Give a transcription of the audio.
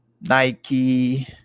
Nike